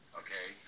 okay